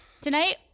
Tonight